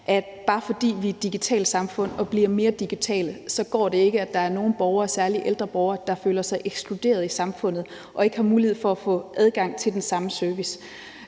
at bare fordi vi er et digitalt samfund og bliver mere digitale, går det ikke, at der er nogle borgere, særlig ældre borgere, der føler sig ekskluderet i samfundet og ikke har mulighed for at få adgang til den samme service.